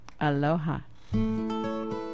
Aloha